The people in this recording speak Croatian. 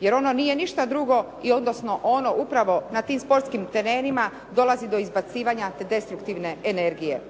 jer ono nije ništa drugo, odnosno ono upravo na tim sportskim terenima dolazi do izbacivanja te destruktivne energije.